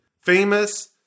Famous